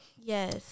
yes